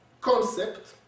concept